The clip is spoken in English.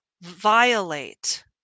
violate